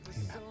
Amen